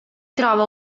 trova